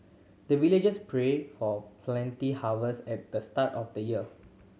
the villagers pray for plenty harvest at the start of the year